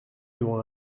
devant